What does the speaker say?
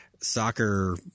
soccer